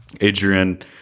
Adrian